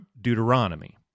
Deuteronomy